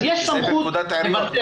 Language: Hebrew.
אז יש סמכות --- זה בפקודת העיריות.